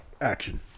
Action